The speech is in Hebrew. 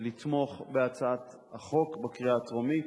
לתמוך בהצעת החוק בקריאה טרומית.